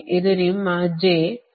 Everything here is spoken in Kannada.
ಇದು ನಿಮ್ಮ j 0